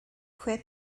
fue